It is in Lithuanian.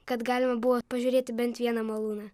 kad galima buvo pažiūrėti bent vieną malūną